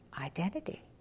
identity